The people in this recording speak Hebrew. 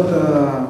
הגיע.